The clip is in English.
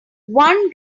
one